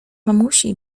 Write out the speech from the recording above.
mamusi